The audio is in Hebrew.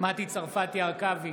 מטי צרפתי הרכבי,